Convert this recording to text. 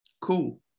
Cool